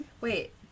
Wait